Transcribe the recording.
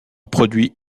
produit